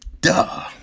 duh